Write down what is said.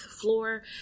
floor